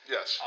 Yes